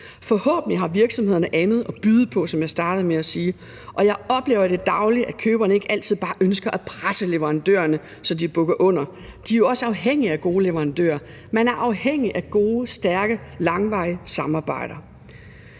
Forhåbentlig har virksomhederne andet at byde på, som jeg startede med at sige, og jeg oplever i det daglige, at køberne ikke altid bare ønsker at presse leverandørerne, så de bukker under. De er også afhængige af gode leverandører. Man er afhængig af gode, stærke, langvarige samarbejder.